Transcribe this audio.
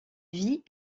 vit